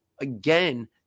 again